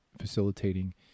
facilitating